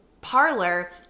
parlor